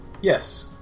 yes